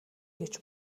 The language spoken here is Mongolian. гэж